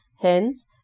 Hence